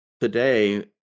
today